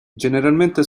generalmente